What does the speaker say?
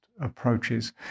approaches